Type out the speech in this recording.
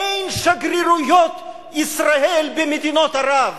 אין שגרירויות ישראל במדינות ערב,